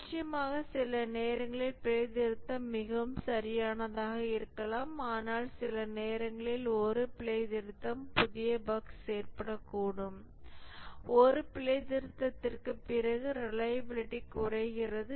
நிச்சயமாக சில நேரங்களில் பிழைத்திருத்தம் மிகவும் சரியானதாக இருக்கலாம் ஆனால் சில நேரங்களில் ஒரு பிழைத்திருத்தம் புதிய பஃக்ஸ் ஏற்படக்கூடும் ஒரு பிழைத்திருத்தத்திற்குப் பிறகு ரிலையபிலிடி குறைகிறது